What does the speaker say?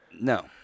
No